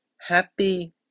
Happy